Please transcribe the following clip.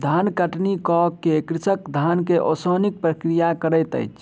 धान कटनी कअ के कृषक धान के ओसौनिक प्रक्रिया करैत अछि